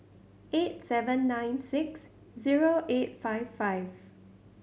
eight seven nine six zero eight five five